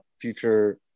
future